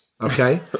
okay